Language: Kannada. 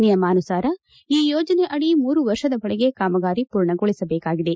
ನಿಯಮಾನುಸಾರ ಈ ಯೋಜನೆಯಡಿ ಮೂರು ವರ್ಷದೊಳಗೆ ಕಾಮಗಾರಿ ಪೂರ್ಣಗೊಳಿಸಬೇಕಾಗಿದೆ